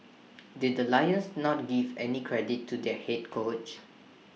did the lions not give any credit to their Head coach